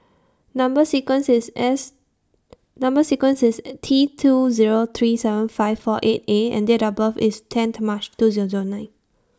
Number sequence IS S Number sequence IS T two Zero three seven five four eight A and Date of birth IS ten to March two Zero Zero nine